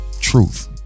truth